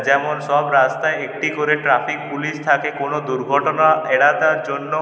যেমন সব রাস্তায় একটি করে ট্রাফিক পুলিশ থাকে কোনো দুর্ঘটনা এড়াবার জন্য